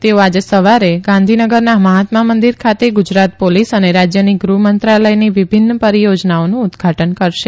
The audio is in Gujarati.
તેઓ આજે સવારે ગાંધીનગરના મહાત્મા મંદિર ખાતે ગુ રાત પોલીસ અને રા યની ગૃહ મંત્રાલયની વિભિન્ન પરીયો નાઓનું ઉદઘાટન કરશે